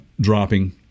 dropping